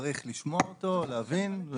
צריך לשמוע אותו, להבין.